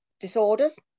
disorders